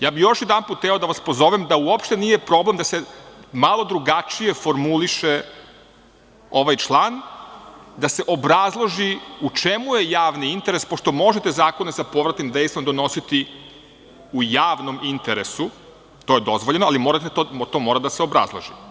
Ja bih još jedanput hteo da vas pozovem da uopšte nije problem da se malo drugačije formuliše ovaj član, da se obrazloži u čemu je javni interes, pošto možete zakone sa povratnim dejstvom donositi u javnom interesu, to je dozvoljeno, ali to mora da se obrazloži.